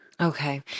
Okay